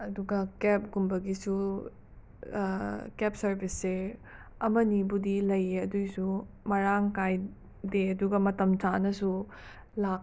ꯑꯗꯨꯒ ꯀꯦꯞꯀꯨꯝꯕꯒꯤꯁꯨ ꯀꯦꯞ ꯁꯔꯚꯤꯁꯁꯦ ꯑꯃꯅꯤꯕꯨꯗꯤ ꯂꯩꯌꯦ ꯑꯗꯨꯑꯣꯏꯁꯨ ꯃꯔꯥꯡ ꯀꯥꯏꯗꯦ ꯑꯗꯨꯒ ꯃꯇꯝ ꯆꯥꯅꯁꯨ ꯂꯥꯛ